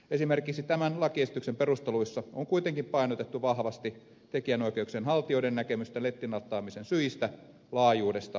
esimerkiksi tämän lakiesityksen perusteluissa on kuitenkin painotettu vahvasti tekijänoikeuksien haltijoiden näkemystä nettilataamisen syistä laajuudesta ja vaikutuksista